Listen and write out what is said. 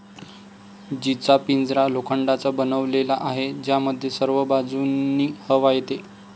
जीचा पिंजरा लोखंडाचा बनलेला आहे, ज्यामध्ये सर्व बाजूंनी हवा येते